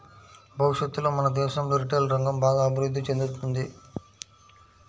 భవిష్యత్తులో మన దేశంలో రిటైల్ రంగం బాగా అభిరుద్ధి చెందుతుంది